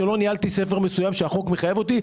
שלא ניהלתי ספר מסוים שהחוק מחייב אותי,